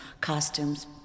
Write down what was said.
costumes